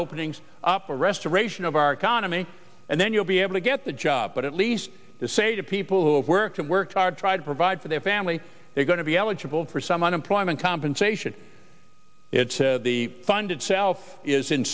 openings up or restoration of our economy and then you'll be able to get the job but at least say to people who have worked and worked hard try to provide for their family they're going to be eligible for some unemployment compensation it's the fund itself is